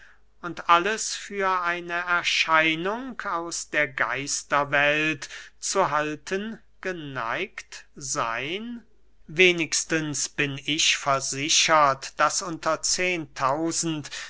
und alles für eine erscheinung aus der geisterwelt zu halten geneigt seyn wenigstens bin ich versichert daß unter